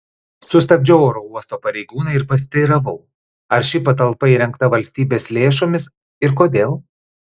sustabdžiau oro uosto pareigūną ir pasiteiravau ar ši patalpa įrengta valstybės lėšomis ir kodėl